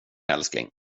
älskling